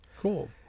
cool